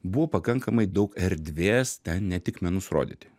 buvo pakankamai daug erdvės ten ne tik menus rodyti